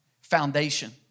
Foundation